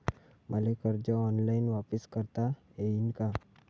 मले कर्ज ऑनलाईन वापिस करता येईन का?